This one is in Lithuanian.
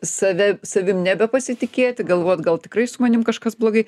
save savim nebepasitikėti galvot gal tikrai su manim kažkas blogai